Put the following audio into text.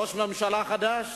ראש ממשלה חדש